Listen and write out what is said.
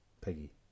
Peggy